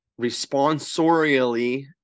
responsorially